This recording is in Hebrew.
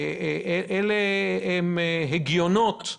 זה ההיגיון של